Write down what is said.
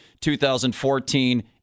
2014